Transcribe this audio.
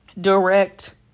direct